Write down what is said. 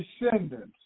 descendants